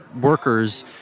workers